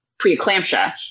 preeclampsia